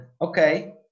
okay